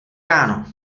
ráno